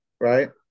right